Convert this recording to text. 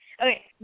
okay